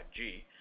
5G